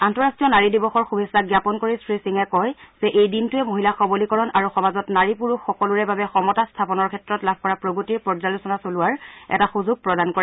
আন্তঃৰাষ্ট্ৰীয় নাৰী দিৱসৰ শুভেচ্ছা জ্ঞাপন কৰি শ্ৰীসিঙে কয় যে এই দিনটোৱে মহিলা সৱলীকৰণ আৰু সমাজত নাৰী পুৰুষ সকলোৰে বাবে সমতা স্থাপনৰ ক্ষেত্ৰত লাভ কৰা প্ৰগতিৰ পৰ্যালোচনা চলোবাৰ এটা সুযোগ প্ৰদান কৰে